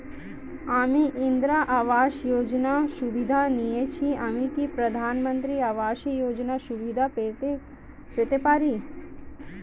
আমি ইন্দিরা আবাস যোজনার সুবিধা নেয়েছি আমি কি প্রধানমন্ত্রী আবাস যোজনা সুবিধা পেতে পারি?